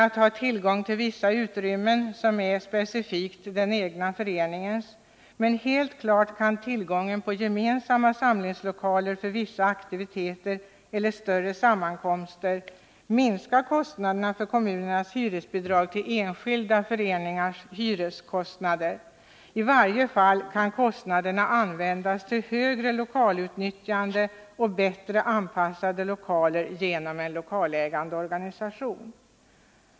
Att ha tillgång till vissa utrymmen för den egna föreningen är ofta ett befogat önskemål, men helt klart kan tillgången på gemensamma samlingslokaler för vissa aktiviteter eller större sammankomster minska kostnaderna för kommunernas hyresbidrag till enskilda föreningars lokaikostnader; i varje fall kan bidragen användas till högre lokalutnyttjande och bättre anpassade lokaler genom en lokalägande organisation.